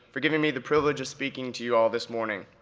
for giving me the privilege of speaking to you all this morning.